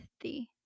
thee